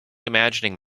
imagining